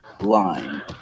Line